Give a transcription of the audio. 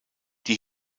die